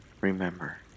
remember